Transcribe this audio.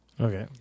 Okay